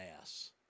ass